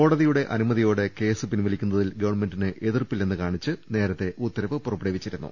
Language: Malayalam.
കോടതിയുടെ അനുമതിയോടെ കേസ് പിൻവ ലിക്കുന്നതിൽ ഗവൺമെന്റിന് എതിർപ്പില്ലെന്ന് കാണിച്ച് ഉത്തരവ് നേരത്തെ പുറപ്പെടുവിച്ചിരുന്നു